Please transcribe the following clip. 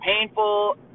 painful